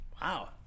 Wow